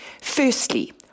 Firstly